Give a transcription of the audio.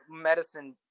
medicine